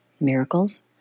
Miracles